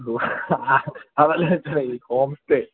അതല്ല മച്ചാനെ ഈ ഹോം സ്റ്റേ